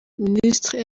minisitiri